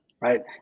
right